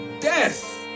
death